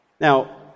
Now